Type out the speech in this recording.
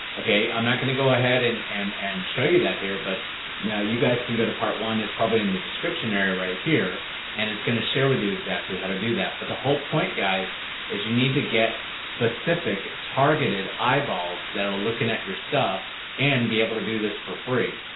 okay? i'm not going to go ahead and and and show you that here, but yeah you guys can go to part one. it's probably in the description area right here and it's going to share with you exactly how to do that. but the whole point guys is you need to get specific targeted eyeballs that are looking at your stuff and be able to do this for free.